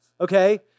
okay